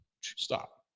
Stop